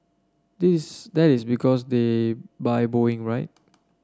this that is because they buy Boeing right